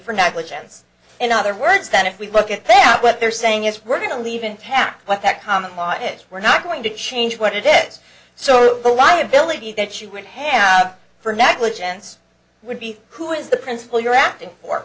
for negligence in other words that if we look at them what they're saying is we're going to leave intact but that common law is we're not going to change what it is so the liability that you would have for negligence would be who is the principle you're acting or